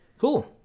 Cool